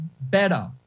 better